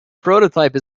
prototype